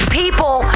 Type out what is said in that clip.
people